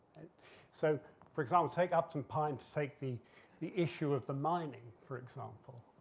so for example, take up some pine to fake the the issue of the mining, for example,